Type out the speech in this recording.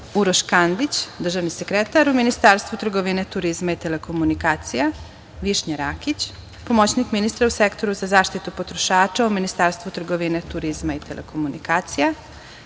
Uroš Kandić, državni sekretar u Ministarstvu trgovine, turizma i telekomunikacija; Višnja Rakić, pomoćnik ministra u Sektoru za zaštitu potrošača u Ministarstvu trgovine, turizma i telekomunikacija;